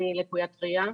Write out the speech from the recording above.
אני לקוית ראייה.